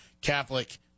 Catholic